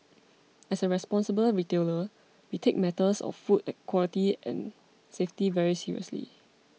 as a responsible retailer we take matters of food quality and safety very seriously